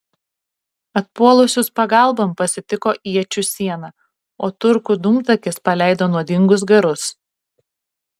atpuolusius pagalbon pasitiko iečių siena o turkų dūmtakis paleido nuodingus garus